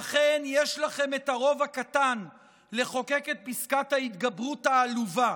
אכן יש לכם את הרוב הקטן לחוקק את פסקת ההתגברות העלובה,